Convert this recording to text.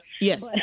Yes